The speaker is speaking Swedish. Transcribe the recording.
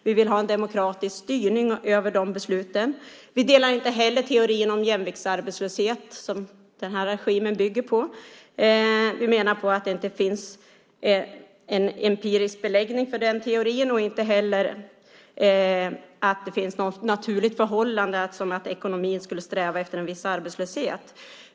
Vi vill ha en demokratisk styrning av de besluten. Vi delar inte heller teorin om jämviktsarbetslöshet, som den här regimen bygger på. Vi menar på att det inte finns några empiriska belägg för den teorin och att det inte heller finns något naturligt förhållande innebärande att ekonomin skulle sträva efter en viss arbetslöshet.